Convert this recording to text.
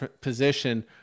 position